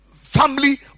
family